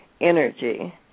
energy